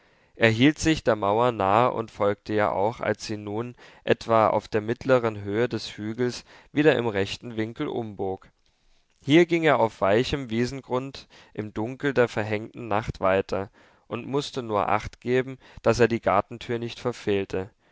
hielt sich der mauer nahe und folgte ihr auch als sie nun etwa auf der mittleren höhe des hügels wieder im rechten winkel umbog hier ging er auf weichem wiesengrund im dunkel der verhängten nacht weiter und mußte nur achtgeben daß er die gartentür nicht verfehlte